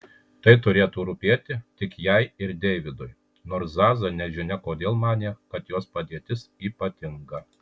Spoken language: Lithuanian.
tai turėtų rūpėti tik jai ir deividui nors zaza nežinia kodėl manė kad jos padėtis ypatinga